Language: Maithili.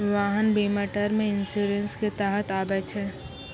वाहन बीमा टर्म इंश्योरेंस के तहत आबै छै